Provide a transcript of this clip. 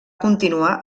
continuar